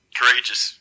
courageous